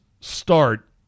start